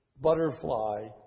butterfly